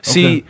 See